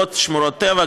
לרבות שמורות טבע,